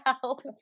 help